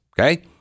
okay